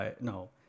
No